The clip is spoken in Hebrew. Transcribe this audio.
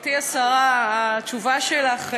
גברתי השרה, התשובה שלך,